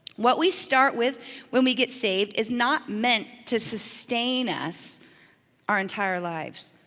what we start with when we get saved is not meant to sustain us our entire lives.